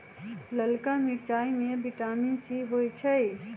ललका मिरचाई में विटामिन सी होइ छइ